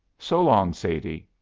so long, sadie.